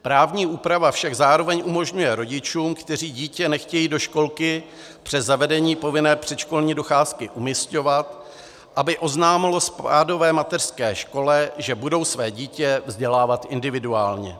Právní úprava však zároveň umožňuje rodičům, kteří dítě nechtějí do školky přes zavedení povinné předškolní docházky umisťovat, aby oznámili spádové mateřské škole, že budou své dítě vzdělávat individuálně.